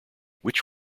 which